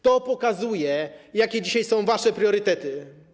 To pokazuje, jakie dzisiaj są wasze priorytety.